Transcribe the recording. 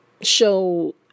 show